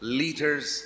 liters